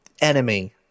enemy